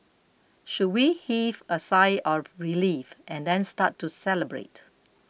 should we heave a sigh of relief and then start to celebrate